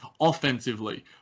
offensively